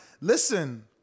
listen